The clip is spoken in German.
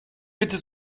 bitte